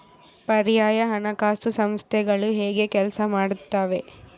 ಪರ್ಯಾಯ ಹಣಕಾಸು ಸಂಸ್ಥೆಗಳು ಹೇಗೆ ಕೆಲಸ ಮಾಡುತ್ತವೆ?